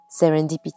Serendipity